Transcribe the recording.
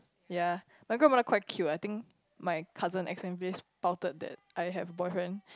ya my grandmother quite cute I think my cousin accidentally spouted that I have boyfriend